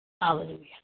Hallelujah